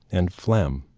and phlegm.